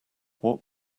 what